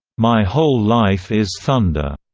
my whole life is thunder.